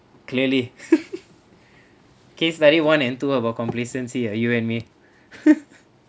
clearly case study one and two about complacency ah you and me